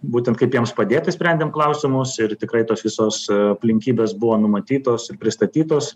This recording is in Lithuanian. būtent kaip jiems padėti sprendėm klausimus ir tikrai tos visos aplinkybės buvo numatytos ir pristatytos